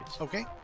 okay